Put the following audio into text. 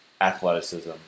athleticism